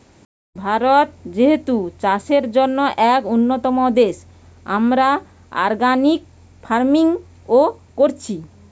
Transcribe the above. ভারত যেহেতু চাষের জন্যে এক উন্নতম দেশ, আমরা অর্গানিক ফার্মিং ও কোরছি